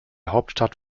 hauptstadt